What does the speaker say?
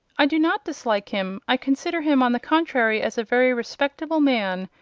i do not dislike him. i consider him, on the contrary, as a very respectable man,